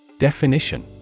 Definition